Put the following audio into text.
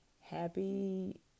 happy